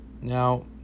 Now